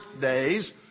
days